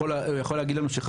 הוא יכול להגיד לנו שחסר?